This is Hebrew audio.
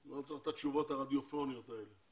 לא צריך את התשובות הרדיופוניות האלה.